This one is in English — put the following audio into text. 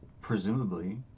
presumably